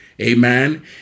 Amen